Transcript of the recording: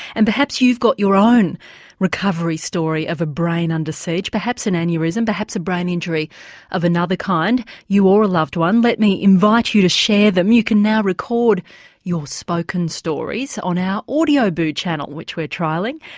and perhaps you've got your own recovery story of a brain under siege, perhaps an aneurysm perhaps a brain injury of another kind, you or your loved one, let me invite you to share them. you can now record your spoken stories on our audioboo channel which we're trialling.